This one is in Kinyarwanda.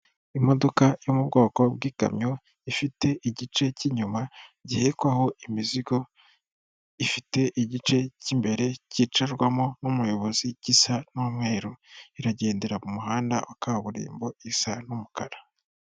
Imodoka yo mu bwoko bw'ikamyo ifite igice cy'inyuma gihekwaho imizigo, ifite igice cy'imbere cyicarwamo n'umuyobozi gisa n'umweru iragendera mu muhanda wa kaburimbo isa n'umukara.